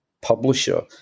publisher